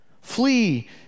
Flee